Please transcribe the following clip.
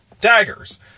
daggers